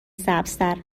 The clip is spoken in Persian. سبزتر